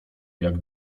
jak